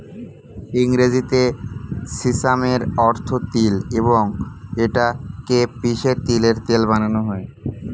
ইংরেজিতে সিসামের অর্থ তিল এবং এটা কে পিষে তিলের তেল বানানো হয়